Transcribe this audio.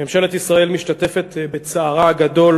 ממשלת ישראל משתתפת בצערה הגדול